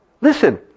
Listen